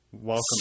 Welcome